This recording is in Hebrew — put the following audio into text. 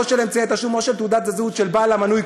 או של אמצעי התשלום או של תעודת הזהות של בעל המנוי,